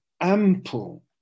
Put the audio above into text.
ample